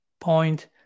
point